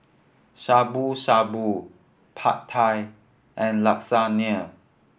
Shabu Shabu Pad Thai and Lasagna